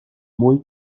muy